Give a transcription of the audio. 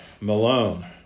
Malone